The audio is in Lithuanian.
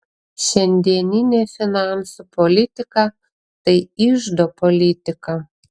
šiandieninė finansų politika tai iždo politika